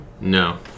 No